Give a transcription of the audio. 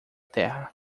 terra